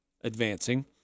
advancing